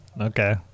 okay